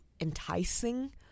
enticing